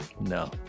no